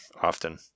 often